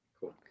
Cool